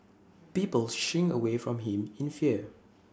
people shrink away from him in fear